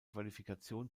qualifikation